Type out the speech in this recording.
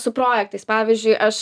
su projektais pavyzdžiui aš